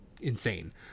insane